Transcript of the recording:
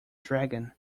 dragon